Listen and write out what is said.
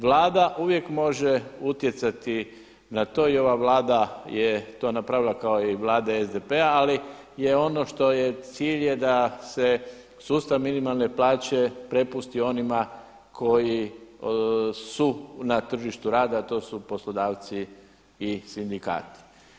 Vlada uvijek može utjecati na to i ova Vlada je to napravila kao i vlada SDP-a ali ono što je cilj je da se sustav minimalne plaće prepusti onima koji su na tržištu rada, a to su poslodavci i sindikati.